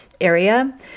area